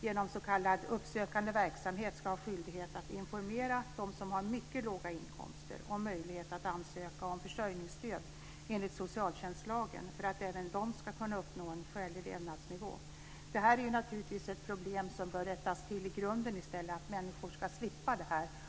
genom s.k. uppsökande verksamhet ska ha skyldighet att informera dem som har mycket låga inkomster om möjligheterna att ansöka om försörjningsstöd enligt socialtjänstlagen för att även de ska kunna uppnå en skälig levnadsnivå. Det är naturligtvis ett problem som måste rättas till i grunden så att människor ska slippa detta.